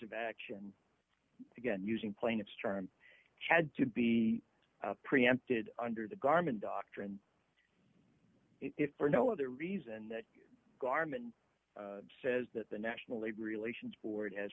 of action again using plaintiff's term chad to be preempted under the garmin doctrine if for no other reason that garmin says that the national labor relations board as